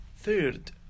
Third